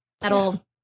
that'll